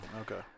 Okay